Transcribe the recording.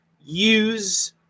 use